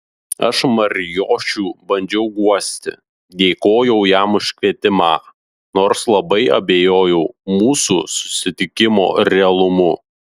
aš marijošių bandžiau guosti dėkojau jam už kvietimą nors labai abejojau mūsų susitikimo realumu